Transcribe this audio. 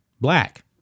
black